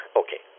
okay